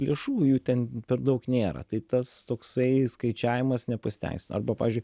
lėšų jų ten per daug nėra tai tas toksai skaičiavimas nepasiteisino arba pavyzdžiui